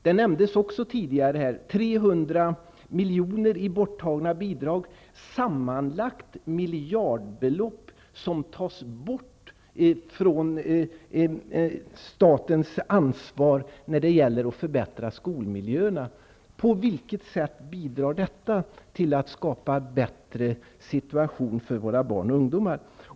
Detta nämndes också tidigare. Det är 300 miljoner i bidrag, sammanlagt miljardbelopp, som tas bort från statens ansvar när det gäller att förbättra skolmiljöerna. På vilket sätt bidrar detta till att skapa en bättre situation för våra barn och ungdomar?